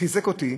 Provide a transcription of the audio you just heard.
חיזק אותי,